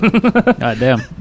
Goddamn